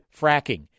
fracking